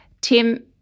Tim